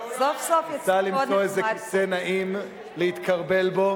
ניסה למצוא איזה כיסא נעים להתכרבל בו.